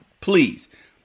please